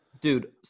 Dude